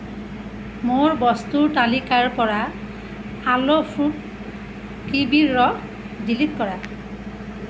মোৰ বস্তুৰ তালিকাৰ পৰা আলো ফ্ৰুট কিৱিৰ ৰস ডিলিট কৰা